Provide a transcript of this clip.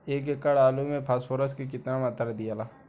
एक एकड़ आलू मे फास्फोरस के केतना मात्रा दियाला?